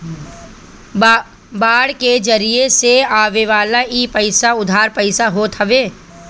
bond के जरिया से आवेवाला इ पईसा उधार पईसा होत हवे